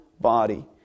body